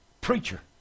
preacher